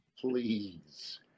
Please